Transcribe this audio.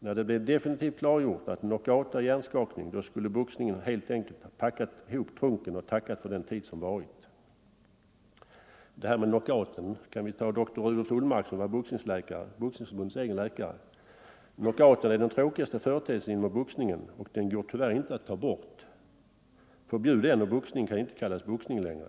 När det blev definitivt klargjort att knock-out är hjärnskakning då skulle boxningen helt enkelt packat ihop trunken och tackat för den tid som varit.” När det gäller knockout kan vi även citera doktor Rudolf Ullmark som var Boxningsförbundets egen läkare: ”Knock-outen är den tråkigaste företeelsen inom boxningen. Och den går tyvärr inte att ta bort. Förbjud den och boxningen kan inte kallas boxning längre.